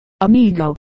Amigo